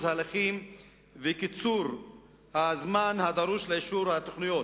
ההליכים וקיצור הזמן הדרוש לאישור התוכניות,